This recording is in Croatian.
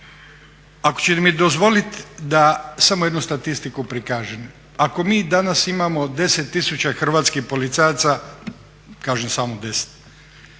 Ako ćete mi dozvoli da samo jednu statistiku prikažem, ako mi danas imamo 10 tisuća hrvatskih policajaca, kažem samo 10,